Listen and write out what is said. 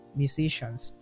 musicians